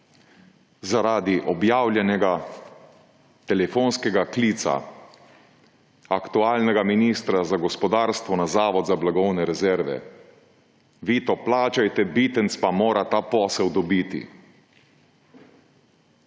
Zaradi objavljenega telefonskega klica aktualnega ministra za gospodarstvo na Zavod za blagovne rezerve: »Vi to plačajte, Bitenc pa mora ta posel dobiti.«